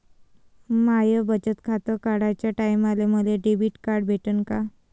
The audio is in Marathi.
माय बचत खातं काढाच्या टायमाले मले डेबिट कार्ड भेटन का?